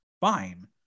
fine